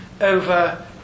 over